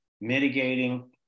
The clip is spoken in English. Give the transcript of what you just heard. mitigating